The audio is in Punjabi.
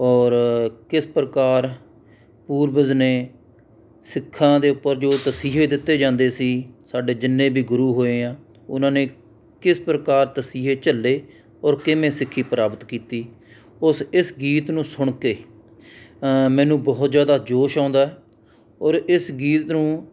ਔਰ ਕਿਸ ਪ੍ਰਕਾਰ ਪੂਰਵਜ ਨੇ ਸਿੱਖਾਂ ਦੇ ਉੱਪਰ ਜੋ ਤਸੀਹੇ ਦਿੱਤੇ ਜਾਂਦੇ ਸੀ ਸਾਡੇ ਜਿੰਨੇ ਵੀ ਗੁਰੂ ਹੋਏ ਆ ਉਹਨਾਂ ਨੇ ਕਿਸ ਪ੍ਰਕਾਰ ਤਸੀਹੇ ਝੱਲੇ ਔਰ ਕਿਵੇਂ ਸਿੱਖੀ ਪ੍ਰਾਪਤ ਕੀਤੀ ਉਸ ਇਸ ਗੀਤ ਨੂੰ ਸੁਣ ਕੇ ਮੈਨੂੰ ਬਹੁਤ ਜ਼ਿਆਦਾ ਜੋਸ਼ ਆਉਂਦਾ ਔਰ ਇਸ ਗੀਤ ਨੂੰ